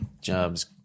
jobs